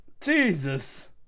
jesus